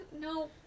No